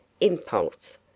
Impulse